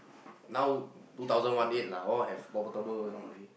now two thousand one eight lah all have portable you know already